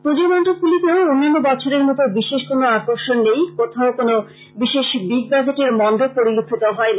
পূজো মন্ডপ গুলিতেও অন্যান্য বছরের মতো বিশেষ কোনো আকর্ষণ নেই কোথাও কোনো বিশেষ বিগবাজেটের মন্ডপ পরিলক্ষিত হয়নি